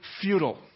futile